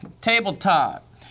Tabletop